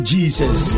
Jesus